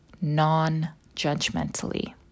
non-judgmentally